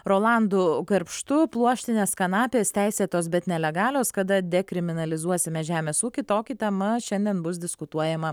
rolandu garbštu pluoštinės kanapės teisėtos bet nelegalios kada dekriminalizuosime žemės ūky tokį tema šiandien bus diskutuojama